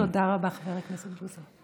תודה רבה, חבר הכנסת בוסו.